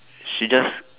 she just